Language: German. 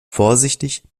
vorsichtig